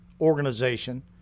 organization